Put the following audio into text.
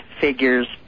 figures